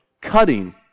cutting